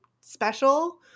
special